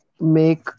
make